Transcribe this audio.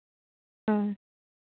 ᱦᱮᱸ